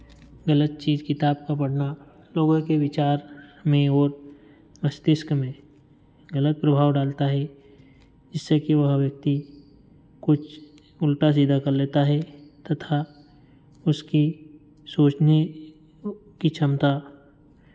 गलत चीज़ किताब का पढ़ना लोगों के विचार में वो मस्तिष्क में गलत प्रभाव डालता है जिससे कि वह व्यक्ति कुछ उल्टा सीधा कर लेता है तथा उसकी सोचने की क्षमता